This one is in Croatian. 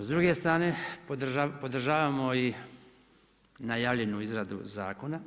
S druge strane podržavamo i najavljenu izradu zakona